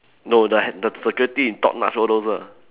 no the h~ the security is top-notch all those ah